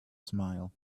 smile